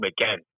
again